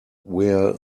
wear